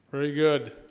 very good